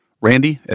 Randy